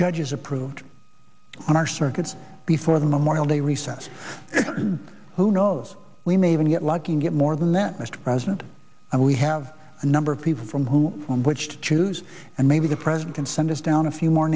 judges approved on our circuit before the memorial day recess who knows we may even get lucky and get more than that mr president and we have a number of people from which to choose and maybe the president can send us down a few more